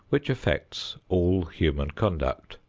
which affects all human conduct.